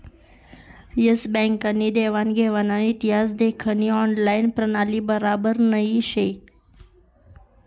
S Bank नी देवान घेवानना इतिहास देखानी ऑनलाईन प्रणाली बराबर नही शे